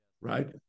right